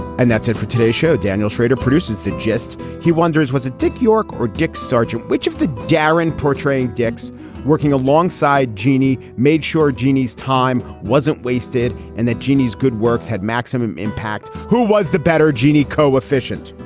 and that's it for today's show. daniel schrader produces the gist. he wonders, was it dick york or dick sargent? which of the darran portraying dick's working alongside geni made sure jeanie's time wasn't wasted and that jeanie's good works had maximum impact? who was the better gini coefficient?